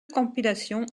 compilations